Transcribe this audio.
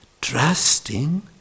trusting